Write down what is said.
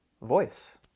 voice